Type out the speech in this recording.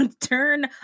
turn